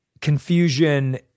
confusion